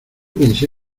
pensé